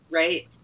right